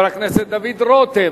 חבר הכנסת דוד רותם,